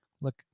Look